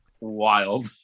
wild